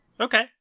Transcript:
Okay